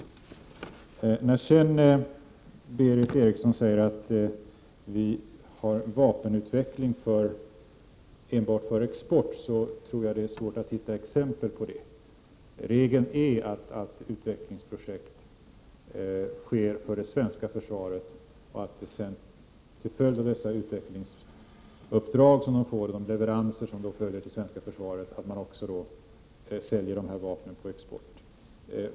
När Berith Eriksson säger att vi har en vapenutveckling enbart för export vill jag svara att jag tror att det är svårt att hitta exempel på det. Regeln är att utvecklingsprojekt genomförs för det svenska försvaret och att dessa vapen sedan, till följd av utvecklingsuppdraget för det svenska försvarets räkning och efter leveranserna dit, också säljs på export.